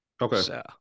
Okay